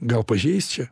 gal pažeist čia